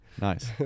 Nice